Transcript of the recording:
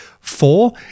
Four